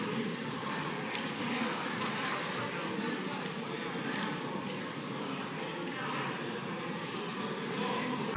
Hvala